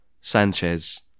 Sanchez